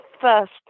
first